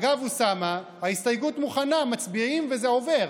אגב, אוסאמה, ההסתייגות מוכנה, מצביעים וזה עובר,